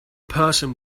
person